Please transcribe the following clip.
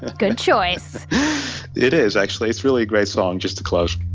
good choice it is. actually. it's really a great song, just to close